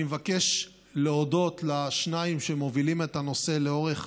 אני מבקש להודות לשניים שמובילים את הנושא לאורך